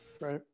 Right